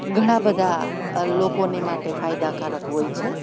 ઘણા બધા લોકોના માટે ફાયદાકારક હોય છે